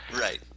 Right